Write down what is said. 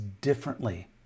differently